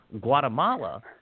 Guatemala